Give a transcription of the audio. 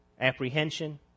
apprehension